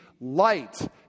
light